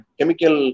chemical